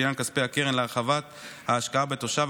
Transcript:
בעניין כספי הקרן להרחבת ההשקעה בתושב,